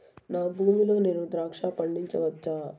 నా భూమి లో నేను ద్రాక్ష పండించవచ్చా?